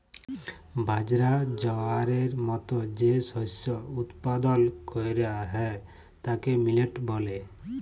বাজরা, জয়ারের মত যে শস্য উৎপাদল ক্যরা হ্যয় তাকে মিলেট ব্যলে